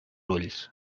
ulls